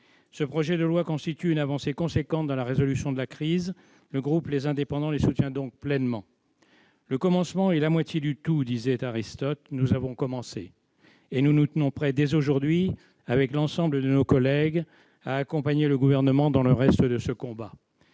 Ce projet de loi marque une avancée importante dans la résolution de la crise. Le groupe Les Indépendants le soutient pleinement. « Le commencement est la moitié du tout », disait Aristote. Nous avons commencé. Et nous nous tenons prêts, dès aujourd'hui, avec l'ensemble de nos collègues, à accompagner le Gouvernement dans la suite de ce combat